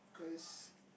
there's